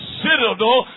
citadel